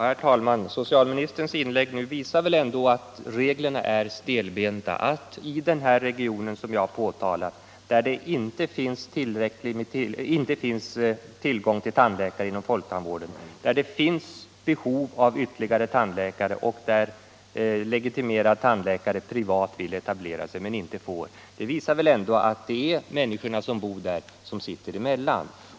Herr talman! Socialministerns senaste inlägg visar ju ändå att reglerna är stelbenta. I den region som jag har pekat på finns det nu inte tillgång ull tandläkare inom folktandvården. Man har där ett starkt behov av ytterligare tandläkare, men privattandläkare som vill etablera sig där får inte göra det. Och det visar väl ändå att människorna som bor där uppe får sitta emellan.